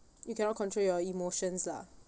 you cannot control your emotions lah